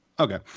Okay